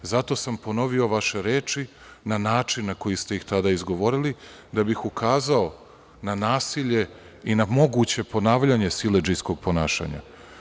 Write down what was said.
Zato sam ponovio vaše reči na način na koji ste ih tada izgovorili da bih ukazao na nasilje i na moguće ponavljanje siledžijskog ponašanja.